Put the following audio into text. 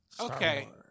Okay